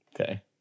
Okay